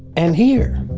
and here.